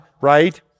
right